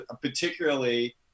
particularly